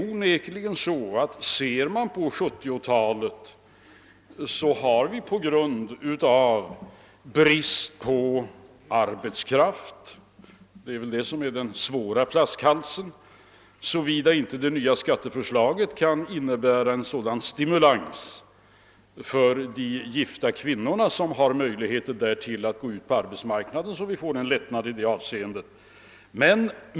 Under 1970-talet kommer väl bristen på arbetskraft att vara den svåra flaskhalsen, såvida inte det nya skatteförslaget kan innebära en sådan stimulans för de gifta kvinnor, som har möjligheter därtill, att gå ut på arbetsmarknaden så att vi får en lättnad i detta avseende.